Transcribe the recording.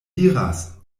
diras